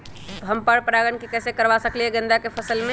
हम पर पारगन कैसे करवा सकली ह गेंदा के फसल में?